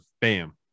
bam